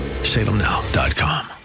Salemnow.com